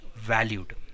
valued